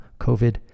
covid